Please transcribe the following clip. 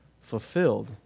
fulfilled